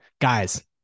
guys